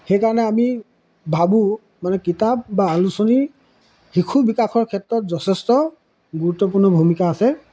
সেইকাৰণে আমি ভাবোঁ মানে কিতাপ বা আলোচনী শিশু বিকাশৰ ক্ষেত্ৰত যথেষ্ট গুৰুত্বপূৰ্ণ ভূমিকা আছে